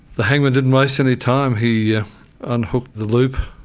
the hangman didn't waste any time, he yeah unhooked the loop,